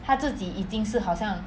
他自己已经是好像